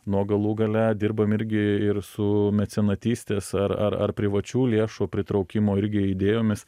nuo galų gale dirbam irgi ir su mecenatystės ar ar ar privačių lėšų pritraukimo irgi idėjomis